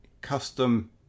custom